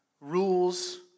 rules